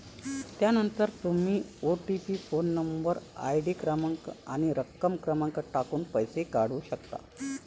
त्यानंतर तुम्ही OTP phone number, ID क्रमांक आणि रक्कम क्रमांक टाकून पैसे काढू शकता